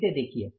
इसे देखिये